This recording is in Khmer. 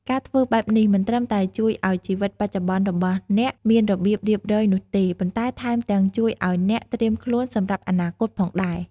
ការធ្វើបែបនេះមិនត្រឹមតែជួយឲ្យជីវិតបច្ចុប្បន្នរបស់អ្នកមានរបៀបរៀបរយនោះទេ ប៉ុន្តែថែមទាំងជួយឲ្យអ្នកត្រៀមខ្លួនសម្រាប់អនាគតផងដែរ។